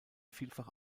vielfach